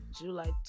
July